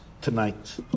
tonight